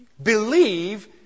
believe